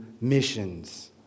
missions